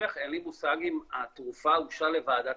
אין לי מושג אם התרופה הוגשה לוועדת